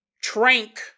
Trank